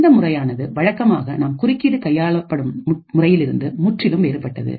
இந்த முறையானதுவழக்கமாக நாம் குறுக்கீடு கையாளப்படும் முறையிலிருந்து முற்றிலும் வேறுபட்டது